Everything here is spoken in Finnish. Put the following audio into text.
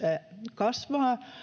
kasvaa